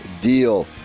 deal